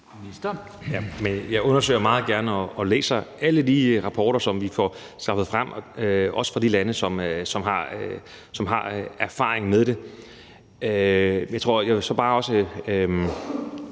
Jeg undersøger det meget gerne og læser alle de rapporter, som vi får frem, også fra de lande, som har erfaring med det. Jeg vil så også